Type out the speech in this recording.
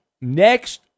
next